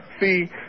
see